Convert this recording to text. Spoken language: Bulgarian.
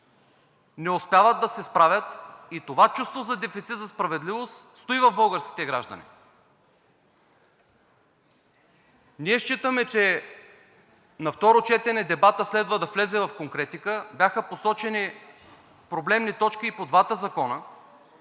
не успяват да се справят и това чувство на дефицит за справедливост стои в българските граждани. Ние считаме, че на второ четене дебатът следва да влезе в конкретика. Бяха посочени проблемните точки и по двата закона,